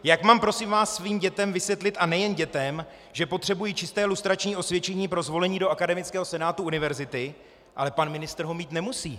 Jak mám, prosím vás, svým dětem vysvětlit, a nejen dětem, že potřebují čisté lustrační osvědčení pro zvolení do akademického senátu univerzity, ale pan ministr ho mít nemusí?